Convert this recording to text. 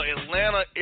Atlanta